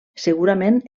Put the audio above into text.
segurament